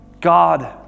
God